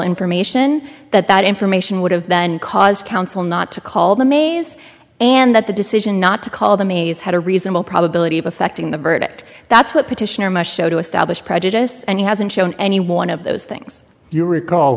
information that that information would have then caused counsel not to call the maze and that the decision not to call the maze had a reasonable probability of affecting the verdict that's what petitioner my show to establish prejudice and he hasn't shown any one of those things you recall